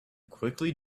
quickly